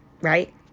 Right